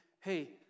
hey